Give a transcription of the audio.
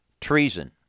treason